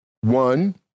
one